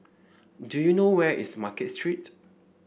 do you know where is Market Street